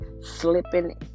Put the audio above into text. slipping